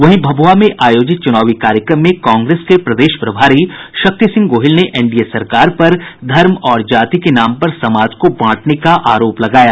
वहीं भभुआ में आयोजित चूनावी कार्यक्रम में कांग्रेस के प्रदेश प्रभारी शक्ति सिंह गोहिल ने एनडीए सरकार पर धर्म और जाति के नाम पर समाज को बांटने का आरोप लगाया